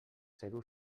zero